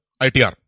ITR